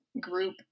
group